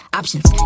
options